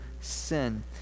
sin